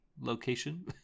location